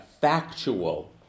factual